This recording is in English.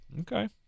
Okay